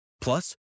Plus